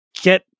get